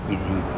easy